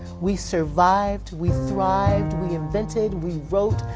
we survived. we thrived, we invented, we wrote,